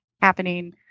happening